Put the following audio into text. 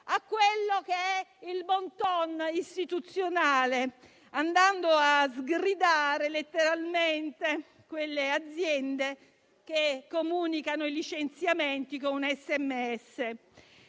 tutto al *bon ton* istituzionale, andando a "sgridare" letteralmente quelle aziende che comunicano i licenziamenti con un sms.